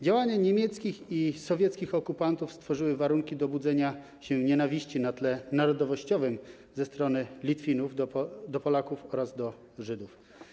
Działania niemieckich i sowieckich okupantów stworzyły warunki do budzenia się nienawiści na tle narodowościowym ze strony Litwinów wobec Polaków oraz Żydów.